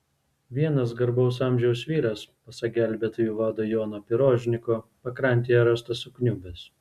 vienas garbaus amžiaus vyras pasak gelbėtojų vado jono pirožniko pakrantėje rastas sukniubęs